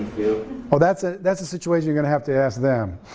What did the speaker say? oh that's ah that's a situation you're gonna have to ask them.